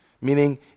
meaning